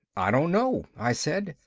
i don't know, i said,